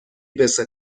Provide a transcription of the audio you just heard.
بستای